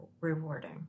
rewarding